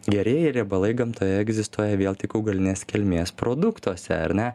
gerieji riebalai gamtoje egzistuoja vėl tik augalinės kilmės produktuose ar ne